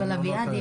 אבל אביעד,